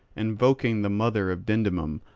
invoking the mother of dindymum,